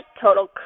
total